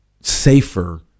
safer